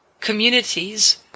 communities